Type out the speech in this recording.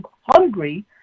hungry